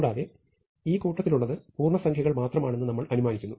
കൂടാതെ ഈ കൂട്ടത്തിലുള്ളത് പൂർണ്ണസംഖ്യകൾ മാത്രമാണെന്ന് നമ്മൾ അനുമാനിക്കുന്നു